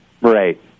Right